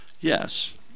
Yes